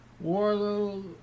Warlow